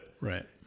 Right